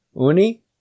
Uni